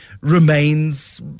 remains